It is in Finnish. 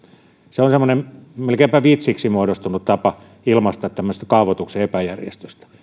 se on semmoinen melkeinpä vitsiksi muodostunut tapa ilmaista tämmöistä kaavoituksen epäjärjestystä